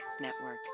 Network